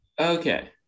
Okay